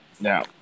now